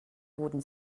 wurden